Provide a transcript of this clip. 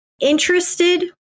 interested